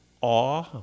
awe